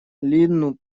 линну